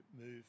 move